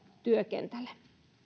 työkentälle